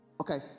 Okay